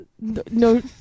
No